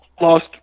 lost